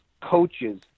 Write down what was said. coaches